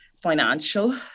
financial